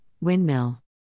Windmill